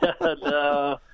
no